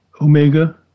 Omega